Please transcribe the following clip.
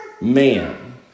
man